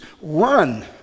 run